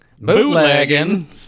bootlegging